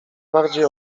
bardziej